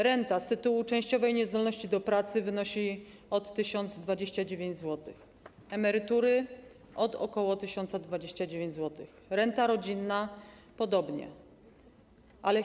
Renta z tytułu częściowej niezdolności do pracy wynosi od 1029 zł, emerytura - od ok. 1029 zł, renta rodzinna ma podobną wysokość.